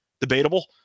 debatable